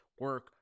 Work